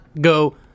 go